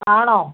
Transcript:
ആണോ